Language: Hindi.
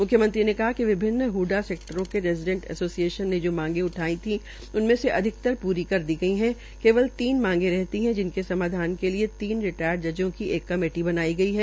मुख्यमंत्री ने कहा कि विभिन्न हडा सेक्टरों के रेज़िडेट एसोसिएशन ने जो मांगे उठाई थी उनमें से अधिकतर पूरी कर दी गई है केवल तीन मांगे रहती है जिनके समाधान के लिये तीन रिटायर्ड जर्जो की एक कमेटी बनाई गई है